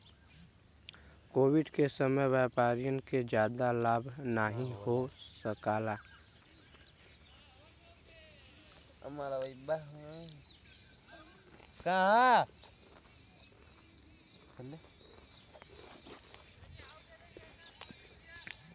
Covid के समय में व्यापारियन के जादा लाभ नाहीं हो सकाल